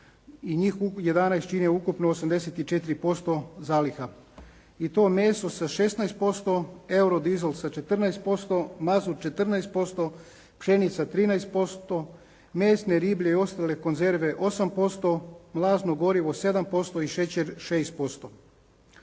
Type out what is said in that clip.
i njih 11 čine ukupno 84% zaliha. I to meso sa 16%, eurodizel sa 14%, mazut 14%, pšenica 13%, mesne, riblje i ostale konzerve 8%, mlazno gorivo 7% i šećer 6%.